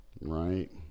Right